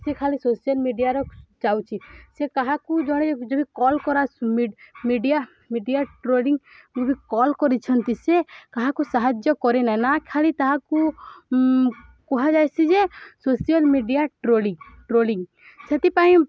ସେ ଖାଲି ସୋସିଆଲ ମିଡ଼ିଆର ଯାଉଛି ସେ କାହାକୁ ଜଣେ ଯି କଲ୍ କର ମିଡ଼ିଆ ମିଡ଼ିଆ ଟ୍ରୋଲିଂ ଯ ବି କଲ୍ କରିଛନ୍ତି ସେ କାହାକୁ ସାହାଯ୍ୟ କରେନାହିଁ ନା ଖାଲି ତାହାକୁ କୁହାଯାଏସି ଯେ ସୋସିଆଲ ମିଡ଼ିଆ ଟ୍ରୋଲିଂ ଟ୍ରୋଲିଂ ସେଥିପାଇଁ